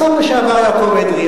השר לשעבר יעקב אדרי,